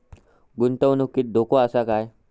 गुंतवणुकीत धोको आसा काय?